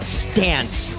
stance